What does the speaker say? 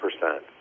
percent